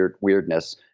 weirdness